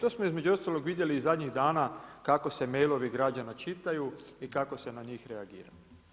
To smo između ostalog vidjeli i zadnji dana kako se mailovi građana čitaju i kako se na njih reagira.